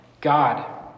God